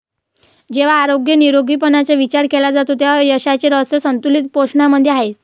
जेव्हा आरोग्य निरोगीपणाचा विचार केला जातो तेव्हा यशाचे रहस्य संतुलित पोषणामध्ये आहे